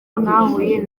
ntahuye